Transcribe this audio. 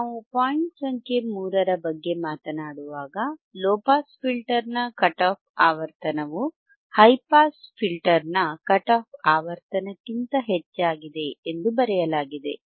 ನಾವು ಪಾಯಿಂಟ್ ಸಂಖ್ಯೆ 3 ರ ಬಗ್ಗೆ ಮಾತನಾಡುವಾಗ ಲೊ ಪಾಸ್ ಫಿಲ್ಟರ್ನ ಕಟ್ ಆಫ್ ಆವರ್ತನವು ಹೈ ಪಾಸ್ ಫಿಲ್ಟರ್ನ ಕಟ್ ಆಫ್ ಆವರ್ತನಕ್ಕಿಂತ ಹೆಚ್ಚಾಗಿದೆ ಎಂದು ಬರೆಯಲಾಗಿದೆ